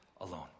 alone